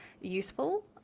useful